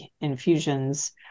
infusions